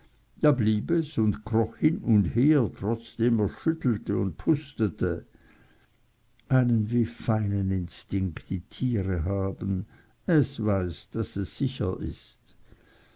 da blieb es und kroch hin und her trotzdem er schüttelte und pustete einen wie feinen instinkt die tiere haben es weiß daß es sicher ist